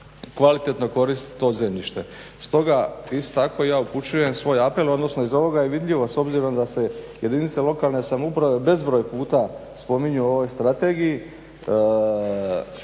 kvalitetno koristit to zemljište. Stoga isto tako ja upućujem svoj apel, odnosno iz ovoga je vidljivo s obzirom da se jedinice lokalne samouprave bezbroj puta spominju u ovoj strategiji